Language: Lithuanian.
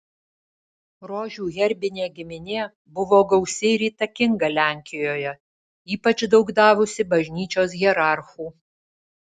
rožių herbinė giminė buvo gausi ir įtakinga lenkijoje ypač daug davusi bažnyčios hierarchų